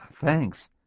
Thanks